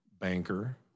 banker